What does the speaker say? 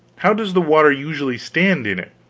how does the water usually stand in it?